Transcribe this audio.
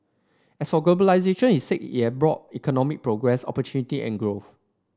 as for globalisation he said it had brought economic progress opportunity and growth